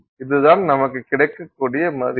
இதுதான் நமக்கு கிடைக்கக்கூடிய மதிப்பு